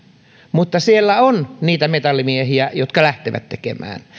mutta siellä on niitä metallimiehiä jotka lähtevät tekemään